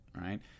right